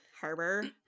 harbor